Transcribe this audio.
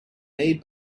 made